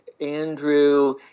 Andrew